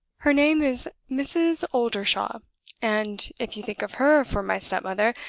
her name is mrs. oldershaw and, if you think of her for my stepmother,